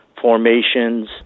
formations